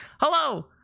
hello